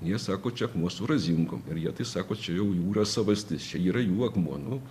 jie sako čia akmuo razinkom ir jie tai sako čia jau jų yra savastis čia yra jų akmuo nu